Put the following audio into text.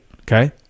Okay